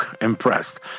impressed